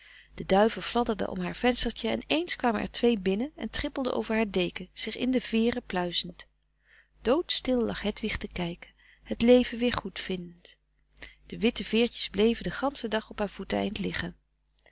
de duiven fladderden om haar venstertje en ééns kwamen er twee binnen en trippelden over haar deken zich in de veeren pluizend doodstil lag hedwig te kijken het leven weer goedvindend de witte veertjes bleven den ganschen dag op haar voeteneind liggen